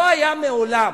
לא היה מעולם,